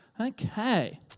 Okay